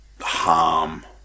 harm